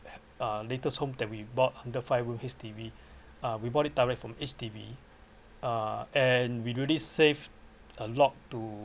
uh latest home that we bought under five room H_D_B uh we bought it direct from H_D_B uh and we really save a lot to